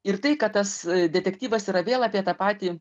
ir tai kad tas detektyvas yra vėl apie tą patį